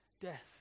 death